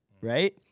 right